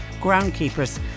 groundkeepers